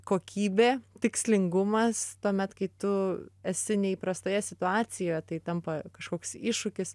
kokybė tikslingumas tuomet kai tu esi neįprastoje situacijoje tai tampa kažkoks iššūkis